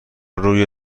روی